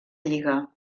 lliga